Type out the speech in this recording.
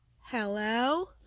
hello